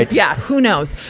yeah, who knows?